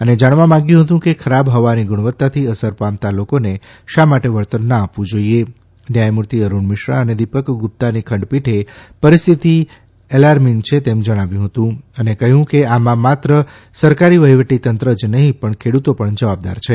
અને જાણવા માંગ્યું હતું કે ખરાબ હવાની ગુણવત્તાથી અસર પામતા લોકોને શા માટે વળતર ના આપવું જોઇએ ન્યાયમૂર્તિ અરૂણ મિશ્રા અને દિપક ગુપ્તાની ખંડપીઠે પરિસ્થિતિ એલારમીન છે તેમ જણાવી કહ્યું કે આમાં માત્ર સરકારી વહીવટીતંત્ર જ નહીં પણ ખેડૂતો પણ જવાબદાર છે